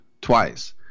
twice